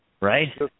Right